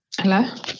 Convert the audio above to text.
Hello